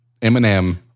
Eminem